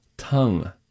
tongue